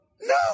no